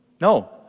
No